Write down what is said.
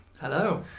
Hello